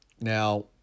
Now